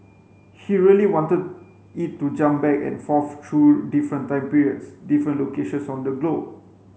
he really wanted it to jump back and forth through different time periods different locations on the globe